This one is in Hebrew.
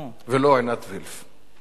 ולא עינת וילף.